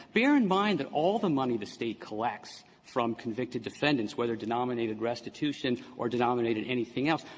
bear in mind that all the money the state collects from convicted defendants, whether denominated restitution or denominated anything else,